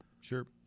sure